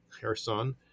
Kherson